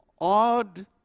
odd